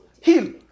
heal